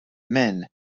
men